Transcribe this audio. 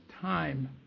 time